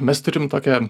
mes turim tokią